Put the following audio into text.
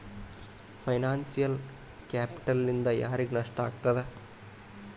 Financial ಕ್ಯಾಪಿಟಲ್ನಿಂದಾ ಯಾರಿಗ್ ನಷ್ಟ ಆಗ್ತದ?